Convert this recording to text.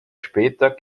später